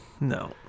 No